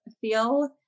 feel